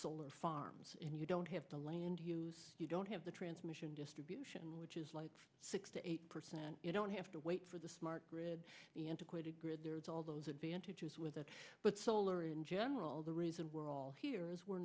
solar farms and you don't have the land you don't have the transmission distribution which is like six to eight percent you don't have to wait for the smart grid antiquated all those advantages with that but solar in general the reason we're all here is we're